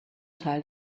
teil